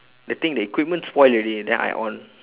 the thing the equipment spoil already then I on